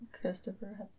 Christopher